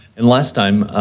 and last time,